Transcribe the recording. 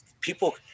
people